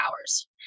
hours